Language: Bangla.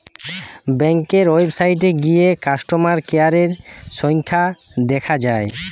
ব্যাংকের ওয়েবসাইটে গিয়ে কাস্টমার কেয়ারের সংখ্যা দেখা যায়